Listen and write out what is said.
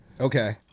Okay